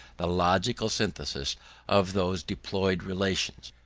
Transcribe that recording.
the logical synthesis of those deployed relations.